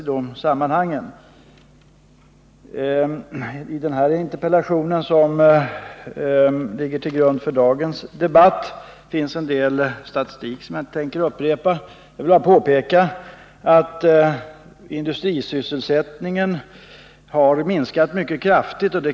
I den interpellation som ligger till grund för dagens debatt finns en del statistik som jag inte tänker upprepa. Jag vill bara påpeka att industrisysselsättningen har minskat mycket kraftigt.